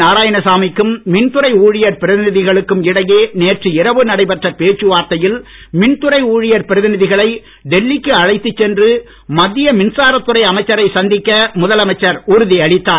நாராயணசாமிக்கும் மின்துறை ஊழியர் பிரதிநிதிகளுக்கும் இடையே நேற்று இரவு நடைபெற்ற பேச்சுவார்த்தையில் மின்துறை ஊழியர் பிரதிநிதிகளை டெல்லிக்கு அழைத்துச் சென்று மத்திய மின்சாரத்துறை அமைச்சரை சந்திக்க முதலமைச்சர் உறுதியளித்தார்